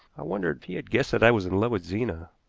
i wondered if he had guessed that i was in love with zena.